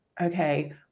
okay